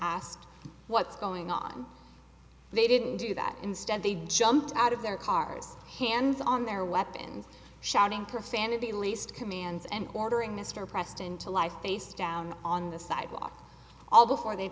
asked what's going on they didn't do that instead they jumped out of their cars hands on their weapons shouting profanity laced commands and ordering mr preston to lie face down on the sidewalk all before they'